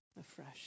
afresh